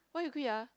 why you quit ah